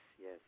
yes